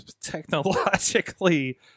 technologically